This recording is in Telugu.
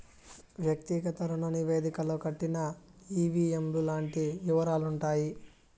వ్యక్తిగత రుణ నివేదికలో కట్టిన ఈ.వీ.ఎం లు లాంటి యివరాలుంటాయి